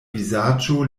vizaĝo